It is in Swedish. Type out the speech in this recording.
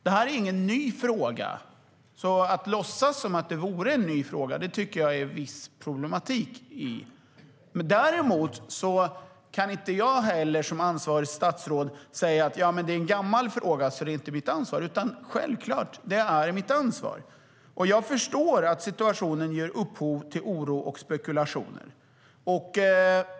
Detta är ingen ny fråga, så jag tycker att det finns viss problematik i att låtsas som att det vore det. Däremot kan inte jag som ansvarigt statsråd heller säga att detta är en gammal fråga och att det därför inte är mitt ansvar. Självklart är detta mitt ansvar. Jag förstår att situationen ger upphov till oro och spekulationer.